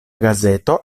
gazeto